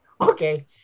Okay